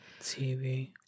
TV